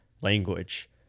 language